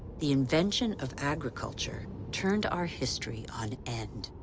the invention of agriculture turned our history on end.